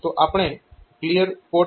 તો આપણે clear P3